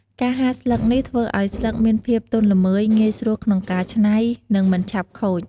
ការហាលស្លឹកនេះធ្វើឲ្យស្លឹកមានភាពទន់ល្មើយ ងាយស្រួលក្នុងការច្នៃ និងមិនឆាប់ខូច។